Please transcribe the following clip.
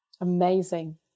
amazing